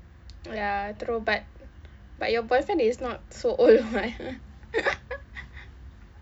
ya true but but your boyfriend is not so old [what]